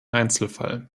einzelfall